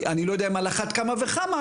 אני לא יודע אם על אחת כמה וכמה,